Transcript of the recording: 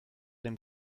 dem